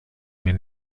mir